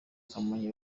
kamonyi